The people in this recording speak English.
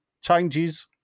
Changes